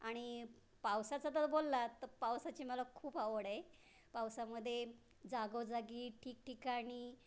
आणि पावसाचं तर बोललात तर पावसाची मला खूप आवड आहे पावसामध्ये जागोजागी ठिकठिकाणी